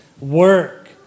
work